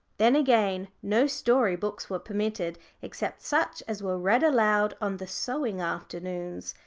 then, again, no story-books were permitted, except such as were read aloud on the sewing afternoons.